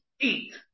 eat